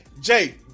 Jay